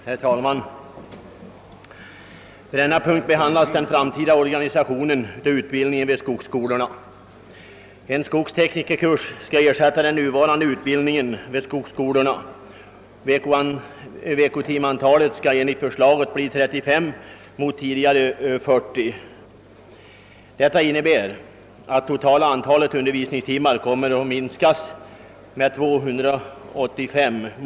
Herr talman! Under denna punkt behandlas den framtida organisationen för utbildningen vid skogsskolorna. En skogsteknikerkurs föreslås ersätta den nuvarande utbildningen vid skogsskolorna. Veckotimantalet skall enligt förslaget bli 35 mot hittills 40. Det innebär att det totala antalet undervisningstimmar kommer att minska med 285.